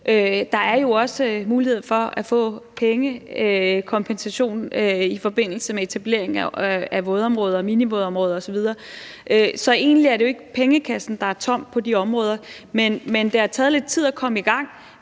Der er jo også mulighed for at få økonomisk kompensation i forbindelse med etablering af vådområder og minivådområder osv. Så egentlig er det jo ikke pengekassen, der er tom på de områder, men det har taget lidt tid at komme i gang.